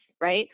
right